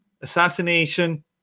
assassination